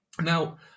Now